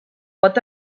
pot